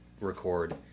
record